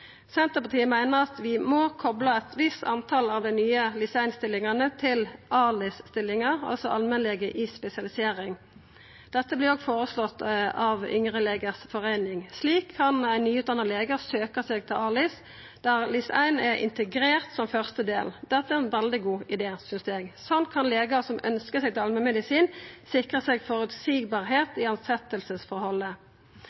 Senterpartiet meiner at vi må kopla nokre av dei nye LIS1-stillingane til ALIS-stillingar, altså allmennleger i spesialisering. Dette vert òg føreslått av Yngre legers forening. Slik kan ein nyutdanna lege søkja seg til ALIS, der LIS1 er integrert som første del. Dette er ein veldig god idé, synest eg. Sånn kan legar som ønskjer seg til allmennmedisin, sikra seg